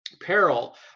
peril